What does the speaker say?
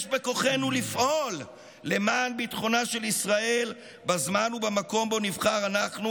יש בכוחנו לפעול למען ביטחונה של ישראל בזמן ובמקום שבהם נבחר אנחנו,